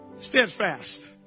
steadfast